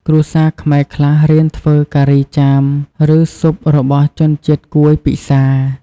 គ្រួសារខ្មែរខ្លះរៀនធ្វើការីចាម ឬស៊ុបរបស់ជនជាតិកួយពិសា។